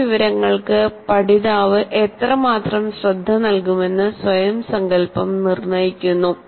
പുതിയ വിവരങ്ങൾക്ക് പഠിതാവ് എത്രമാത്രം ശ്രദ്ധ നൽകുമെന്ന് സ്വയം സങ്കൽപം നിർണ്ണയിക്കുന്നു